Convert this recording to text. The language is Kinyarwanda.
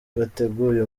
bateguye